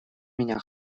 меня